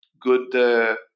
good